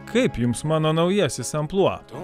kaip jums mano naujasis amplua